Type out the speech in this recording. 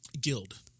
Guild